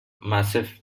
massif